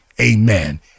amen